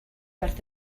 werth